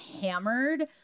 hammered